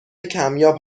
کمیاب